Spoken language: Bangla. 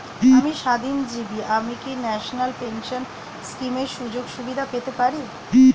আমি স্বাধীনজীবী আমি কি ন্যাশনাল পেনশন স্কিমের সুযোগ সুবিধা পেতে পারি?